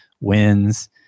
wins